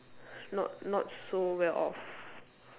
not not so well off